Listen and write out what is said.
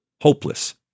hopeless